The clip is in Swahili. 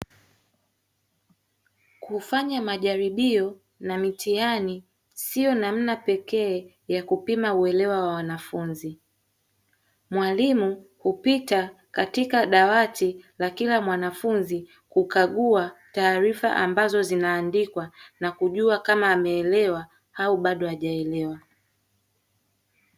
Kufanya majaribio na mitihani sio namna pekee ya kupima uelewa wa wanafunzi; mwalimu hupita katika dawati la kila mwanafunzi kukagua taarifa ambazo zinaandikwa na kujua kama ameelewa au bado hajaelewa.